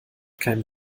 keinen